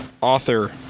author